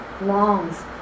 longs